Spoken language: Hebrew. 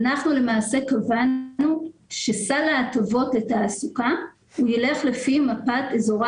אנחנו למעשה קבענו שסל ההטבות לתעסוקה ילך לפי מפת אזורי